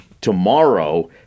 Tomorrow